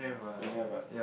don't have ah